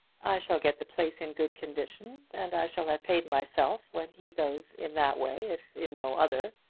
shall get the place in good condition, and i shall have paid myself when he goes, in that way, if in no other.